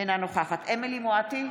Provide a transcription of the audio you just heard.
אינה נוכחת אמילי חיה מואטי,